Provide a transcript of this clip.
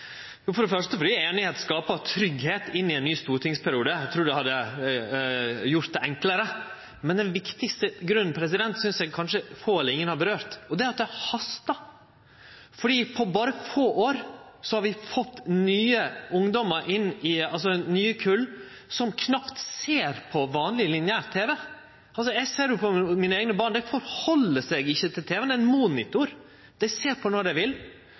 det første fordi einigheit skapar tryggleik inn i ein ny stortingsperiode. Eg trur det hadde gjort det enklare. Men den viktigaste grunnen synest eg få eller ingen har nemnt, og det er at det hastar. På berre få år har vi fått nye kull ungdomar som knapt ser på vanleg lineær tv. Eg ser det på mine eigne barn: Dei ser ikkje på tv-en. Det er ein monitor som dei ser på når dei vil.